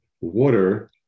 water